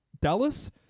Dallas